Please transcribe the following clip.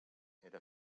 era